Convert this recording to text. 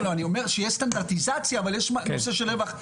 אני אומר, יש נושא של רווח.